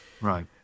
Right